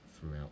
throughout